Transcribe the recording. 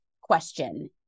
question